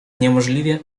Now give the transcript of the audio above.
niemożliwie